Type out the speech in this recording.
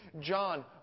John